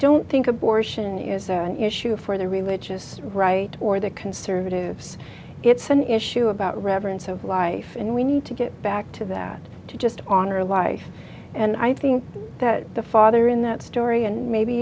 don't think abortion is there an issue for the religious right or the conservatives it's an issue about reverence of life and we need to get back to that to just honor life and i think that the father in that story and maybe